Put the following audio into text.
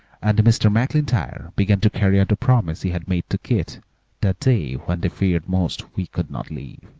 and mr. maclntyre began to carry out the promise he had made to keith that day when they feared most he could not live.